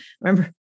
Remember